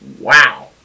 Wow